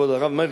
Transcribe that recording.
כבוד הרב מרגי,